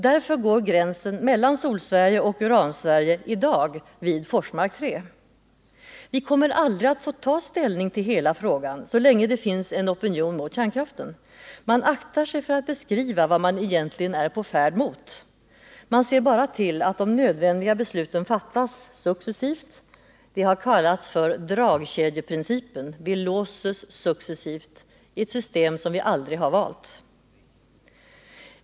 Därför går gränsen mellan Solsverige och Uransverige i dag vid Forsmark 3. Vi kommer aldrig att få ta ställning till hela frågan, så länge det finns en opinion mot kärnkraften. Man aktar sig för att beskriva vad man egentligen är på färd mot. Man ser bara till att de nödvändiga besluten fattas successivt. Det har kallats för dragkedjeprincipen. Vi låses successivt vid ett system som vi aldrig har valt.